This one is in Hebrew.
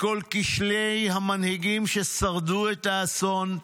מכל כשלי המנהיגים ששרדו את האסון,